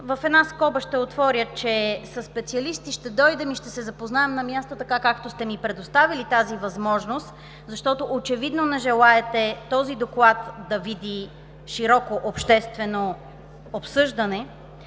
в една скоба ще отворя, че със специалисти ще дойдем и ще се запознаем на място, както сте ми предоставили тази възможност, защото очевидно не желаете този доклад да види широко обществено обсъждане;